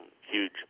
huge